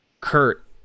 Kurt